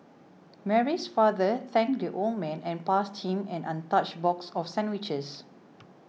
Mary's father thanked the old man and passed him an untouched box of sandwiches